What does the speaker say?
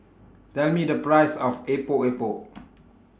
Tell Me The Price of Epok Epok